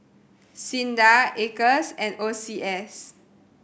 SINDA Acres and O C S